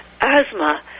asthma